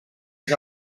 més